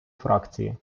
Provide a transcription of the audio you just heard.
фракції